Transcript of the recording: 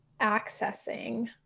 accessing